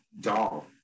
doll